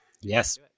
Yes